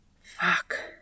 Fuck